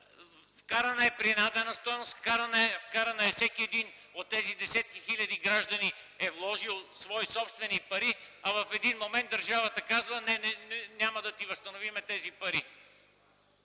вкарана е принадена стойност, всеки един от тези десетки хиляди граждани е вложил свои собствени пари, а в един момент държавата казва: няма да ти възстановим тези пари.